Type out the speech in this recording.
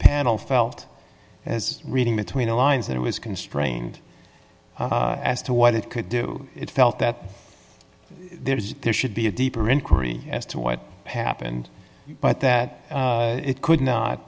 panel felt as reading between the lines that it was constrained as to what it could do it felt that there was there should be a deeper inquiry as to what happened but that it could not